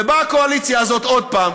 ובאה הקואליציה הזאת עוד פעם,